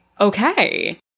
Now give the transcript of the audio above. okay